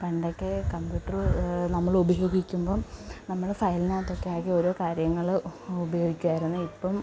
പണ്ടൊക്കെ കമ്പ്യൂട്ടറ് നമ്മൾ ഉപയോഗിക്കുമ്പം നമ്മൾ ഫയലിനകത്തൊക്കെ ആക്കി ഓരോ കാര്യങ്ങൾ ഉപയോഗിക്കുമായിരുന്നു ഇപ്പം